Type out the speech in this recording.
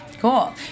Cool